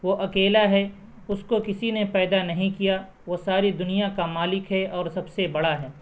وہ اکیلا ہے اس کو کسی نے پیدا نہیں کیا وہ ساری دنیا کا مالک ہے اور سب سے بڑا ہے